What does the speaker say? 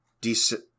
decent